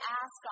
ask